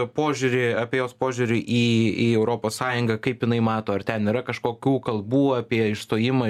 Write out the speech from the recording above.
požiūrį apie jos požiūrį į į europos sąjungą kaip jinai mato ar ten yra kažkokių kalbų apie ištojimą